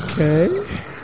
Okay